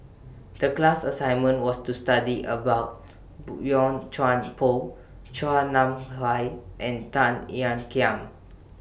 The class assignment was to study about Boey Chuan Poh Chua Nam Hai and Tan Ean Kiam